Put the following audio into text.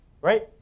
right